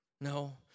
No